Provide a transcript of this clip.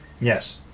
yes